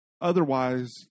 Otherwise